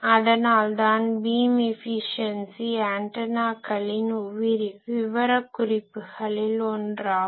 அதனால்தான் beam efficiency ஆண்டனாக்களின் விவரக்குறிப்புகளில் ஒன்றாகும்